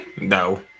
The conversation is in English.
No